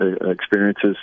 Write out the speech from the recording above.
experiences